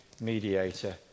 mediator